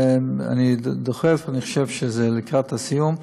אני דוחף, אני חושב שזה לקראת סיום,